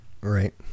Right